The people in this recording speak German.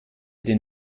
den